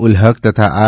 ઉલ હક તથા આર